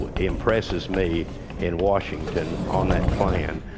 ah impresses me in washington on that plan,